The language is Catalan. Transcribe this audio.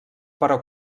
però